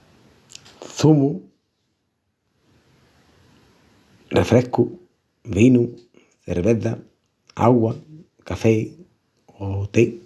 Çumu, refrescu, vinu, cerveza, augua, café o té.